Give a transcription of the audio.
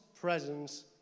presence